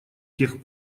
тех